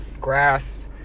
grass